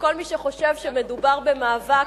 לכל מי שחושב שמדובר במאבק